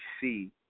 see